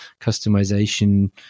customization